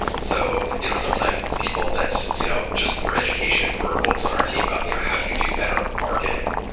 so you know sometimes it's people that you know just for education education for folks in our team about you know how do you do better marketing?